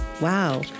wow